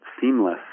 seamless